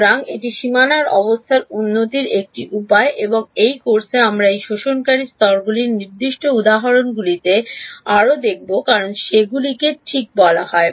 সুতরাং এটি সীমানার অবস্থার উন্নতির একটি উপায় এবং এই কোর্সে আমরা এই শোষণকারী স্তরগুলির নির্দিষ্ট উদাহরণগুলিতে আরও দেখব কারণ সেগুলিকে ঠিক বলা হয়